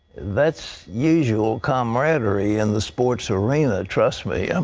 that's usual camaraderie in the sports arena, trust me. and